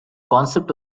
concept